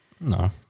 no